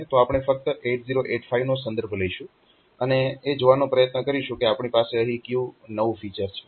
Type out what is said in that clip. તો આપણે ફક્ત 8085 નો સંદર્ભ લઈશું અને એ જોવાનો પ્રયત્ન કરીશું કે આપણી પાસે અહીં ક્યુ નવું ફીચર છે